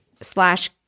slash